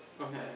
Okay